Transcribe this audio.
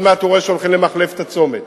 מעט הוא רואה שהולכים למחלף את הצומת,